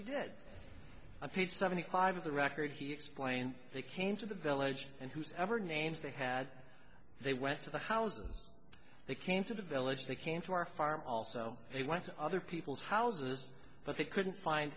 he did on page seventy five of the record he explained they came to the village and who's ever names they had they went to the house they came to the village they came to our farm also they went to other people's houses but they couldn't find